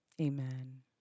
Amen